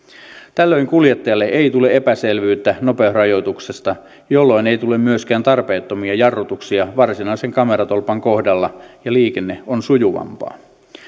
tällöin kuljettajalle ei tule epäselvyyttä nopeusrajoituksesta jolloin ei tule myöskään tarpeettomia jarrutuksia varsinaisen kameratolpan kohdalla ja liikenne on sujuvampaa